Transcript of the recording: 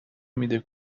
میده